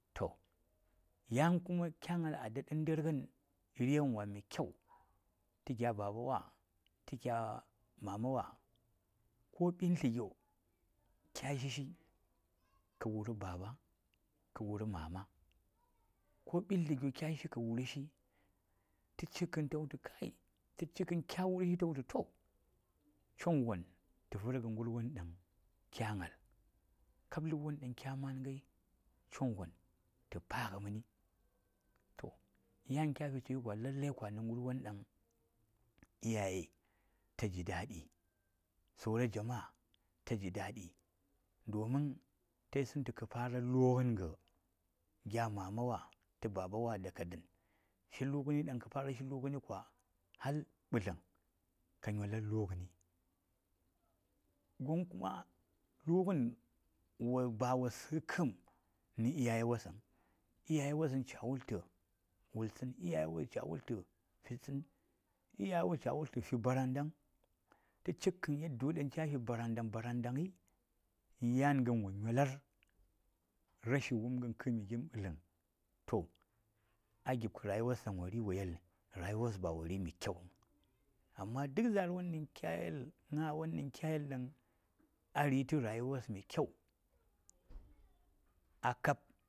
﻿Toh yan kya gnal a daɗa ndangan ringan wa man kyau, gya baba wa ta gya mama wa ko ɓintli gyo shishi ka wura baba ka wura mama ko ɓintle gyo kya shishi ka wurashi tacik kan ta wultu chongvon ta vanga ngarwon dang kyasu, kab labwon dang kya maan ngai chongvon ta paa nga mani to yan kyafi cingayi kwa lallai kwa na ngərwon dang iyaye ta jidaɗi saura jama’a ta jidaɗi domin ta yisang tu ka fara lunganga gya mama wa ta baɓawa daga dan shin lungani dan ka fara shi lungan, wa hardaga dan har ɓadtang ka myolar lungam gon kuma ba wo svkam na iyaye wosang iyaye wos cha wulta, wul tsan cha wulta mbi baran dang ta cik kan dang ca mbi barandang barandang yani ngan wo nyolar rashi, wamgan kami gin ɓadlam toh a gib ka rayuwa dang wo rin wo yel rayuwos ba wo rir mai kyau vung amma duk gna won dang kya yel a rin ta rayuwa wos mai kyau a kab.